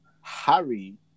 Harry